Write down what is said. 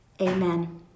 Amen